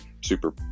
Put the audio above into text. super